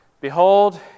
Behold